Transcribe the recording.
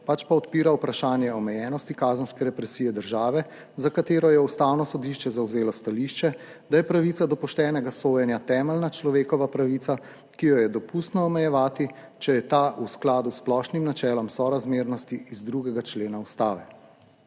pač pa odpira vprašanje omejenosti kazenske represije države, za katero je Ustavno sodišče zavzelo stališče, da je pravica do poštenega sojenja temeljna človekova pravica, ki jo je dopustno omejevati, če je ta v skladu s splošnim načelom sorazmernosti iz 2. člena Ustave.